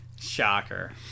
shocker